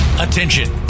Attention